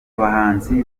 bahanzi